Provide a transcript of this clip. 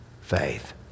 faith